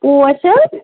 پوش حظ